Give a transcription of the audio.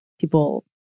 people